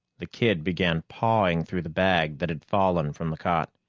the kid began pawing through the bag that had fallen from the cot.